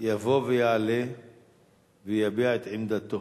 יבוא ויעלה ויביע את עמדתו.